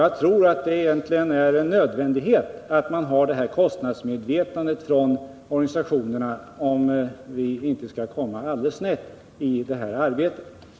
Jag tror att det egentligen är en nödvändighet att organisationerna har detta kostnadsmedvetande om vi inte skall komma alldeles snett i detta arbete.